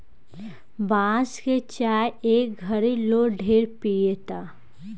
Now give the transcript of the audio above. बांस के चाय ए घड़ी लोग ढेरे पियता